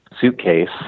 suitcase